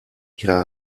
ihrer